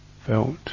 felt